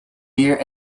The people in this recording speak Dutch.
hier